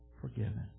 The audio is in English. forgiven